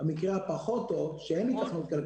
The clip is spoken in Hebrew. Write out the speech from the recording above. במקרה הפחות טוב שאין היתכנות כלכלית,